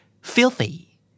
filthy